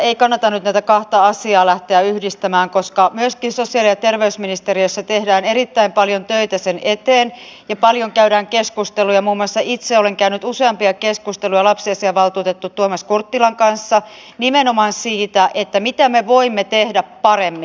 ei kannata nyt näitä kahta asiaa lähteä yhdistämään koska myöskin sosiaali ja terveysministeriössä tehdään erittäin paljon töitä sen eteen ja paljon käydään keskusteluja muun muassa itse olen käynyt useampia keskusteluja lapsiasiavaltuutettu tuomas kurttilan kanssa nimenomaan siitä mitä me voimme tehdä paremmin